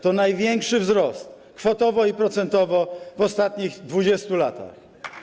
To największy wzrost, kwotowo i procentowo, w ostatnich 20 latach.